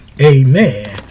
Amen